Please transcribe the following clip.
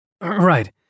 Right